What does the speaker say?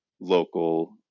local